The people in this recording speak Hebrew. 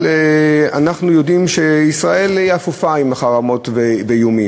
אנחנו יודעים שישראל אפופה חרמות ואיומים,